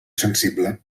sensible